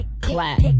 Clap